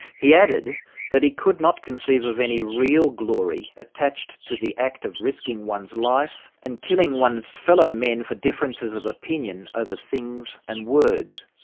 he added that he could not conceive of any real glory attached to the act of risking one's life and killing one's fellow men for differences of opinion over things and words.